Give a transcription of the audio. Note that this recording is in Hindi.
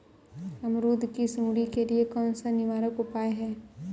अमरूद की सुंडी के लिए कौन सा निवारक उपाय है?